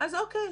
אז אוקיי,